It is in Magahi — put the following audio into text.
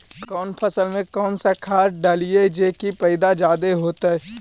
कौन फसल मे कौन सा खाध डलियय जे की पैदा जादे होतय?